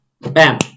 bam